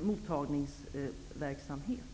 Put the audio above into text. mottagningsverksamhet.